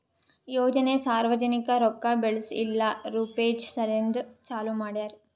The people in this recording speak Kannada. ಯೋಜನೆ ಸಾರ್ವಜನಿಕ ರೊಕ್ಕಾ ಬೆಳೆಸ್ ಇಲ್ಲಾ ರುಪೀಜ್ ಸಲೆಂದ್ ಚಾಲೂ ಮಾಡ್ಯಾರ್